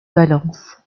valence